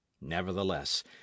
nevertheless